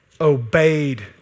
obeyed